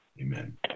Amen